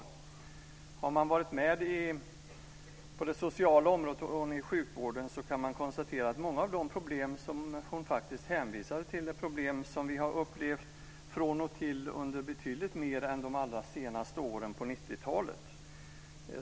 Om man har varit med på det sociala området och inom sjukvården så kan man konstatera att många av de problem som hon faktiskt hänvisade till är problem som vi har upplevt från och till under betydligt längre tid än under de allra senaste åren på 90-talet.